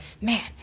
man